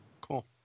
Cool